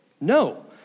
No